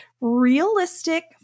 realistic